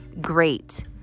great